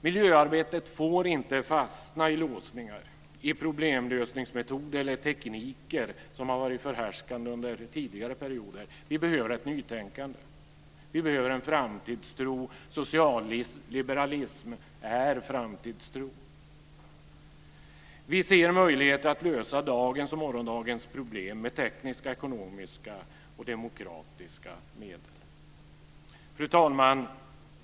Miljöarbetet får inte fastna i låsningar, problemlösningsmetoder eller tekniker som har varit förhärskande under tidigare perioder. Vi behöver ett nytänkande. Vi behöver en framtidstro. Socialliberalism är framtidstro. Vi ser möjligheter att lösa dagens och morgondagens problem med tekniska, ekonomiska och demokratiska medel. Fru talman!